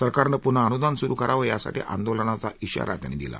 सरकारनं पुन्हा अनुदान सुरू करावं यासाठी आंदोलनाचा इशारा त्यांनी दिला